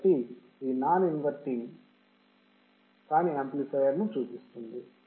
కాబట్టి ఇది non inverting కాని యాంప్లిఫయర్ కనిపిస్తుంది